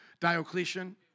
Diocletian